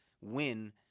win